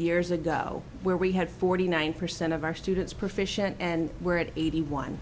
years ago where we had forty nine percent of our students proficiency and were at eighty one